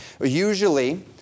Usually